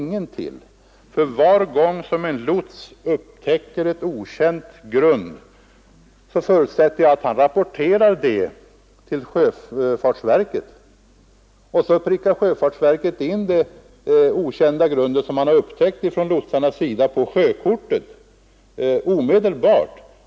Jag förutsätter dock att varje gång som en lots upptäcker ett dittills okänt grund, så rapporterar han det till sjöfartsverket, och där prickar man omedelbart in grundet på sjökorten.